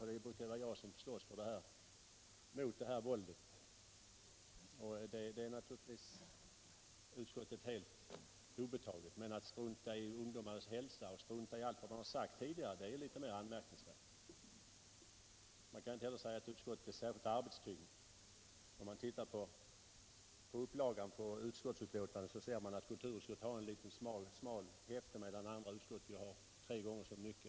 Det brukar ju vara jag som slåss mot det här våldet. Det är naturligtvis utskottet helt obetaget, men det är litet mera anmärkningsvärt att utskottet struntar i vad man sagt tudigare och struntar i ungdomarnas hälsa. Utskottet är inte heller särskilt arbetstyngt. Tittar man på de utskottsbetänkanden som ges ut finner man att kulturutskottet har tunna häften. medan andra utskott har ungefär tre gånger så mycket.